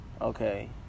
Okay